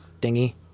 dingy